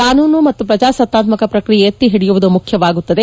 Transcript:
ಕಾನೂನು ಮತ್ತು ಪ್ರಜಾಸತ್ತಾತ್ಕಕ ಪ್ರಕ್ರಿಯೆ ಎತ್ತಿ ಹಿಡಿಯುವುದು ಮುಖ್ಯವಾಗುತ್ತದೆ